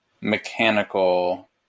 mechanical